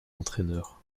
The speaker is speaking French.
entraîneur